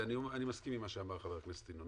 ואני מסכים עם מה שאמר חבר הכנסת ינון,